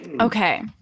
okay